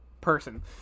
person